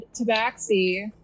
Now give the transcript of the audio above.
tabaxi